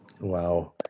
wow